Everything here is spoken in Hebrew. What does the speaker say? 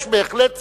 יש בהחלט סיכוי,